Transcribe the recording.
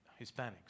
Hispanics